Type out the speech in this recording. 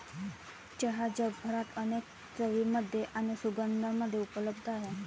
चहा जगभरात अनेक चवींमध्ये आणि सुगंधांमध्ये उपलब्ध आहे